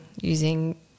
using